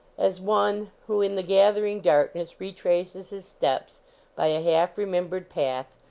as one who in the gathering darkness retraces his steps by a half-remembered path,